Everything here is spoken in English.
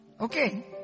Okay